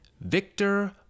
Victor